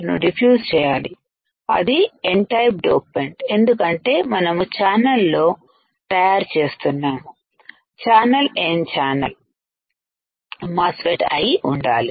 ను డిఫ్యూజ్ చేయాలి అది Nటైపు డోపంటు ఎందుకంటే మనము ఛానల్ లో తయారు చేస్తున్నాము ఛానల్ N ఛానల్ మాస్ ఫెట్tఅయి ఉండాలి